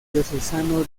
diocesano